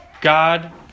God